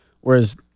Whereas